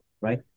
right